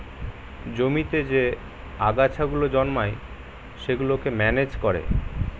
জমিতে যে আগাছা গুলো জন্মায় সেগুলোকে ম্যানেজ করে